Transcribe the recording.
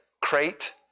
crate